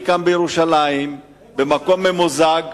אני כאן בירושלים במקום ממוזג,